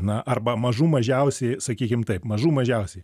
na arba mažų mažiausiai sakykim taip mažų mažiausiai